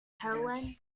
heroine